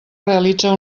realitza